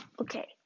Okay